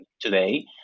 today